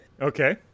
Okay